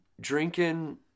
drinking